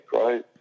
right